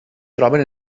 troben